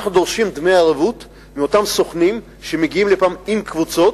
אנחנו דורשים דמי ערבות מאותם סוכנים שמגיעים לכאן עם קבוצות,